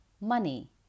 money